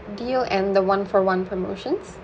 deal and the one for one promotions